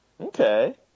Okay